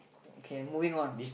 K moving on